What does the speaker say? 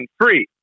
free